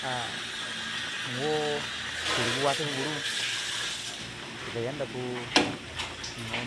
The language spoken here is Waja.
A nwo pergu watugu buru chika yanda ku nwo